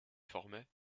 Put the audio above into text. formait